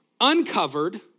uncovered